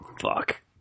fuck